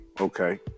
Okay